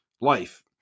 life